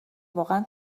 واقعا